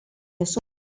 nessun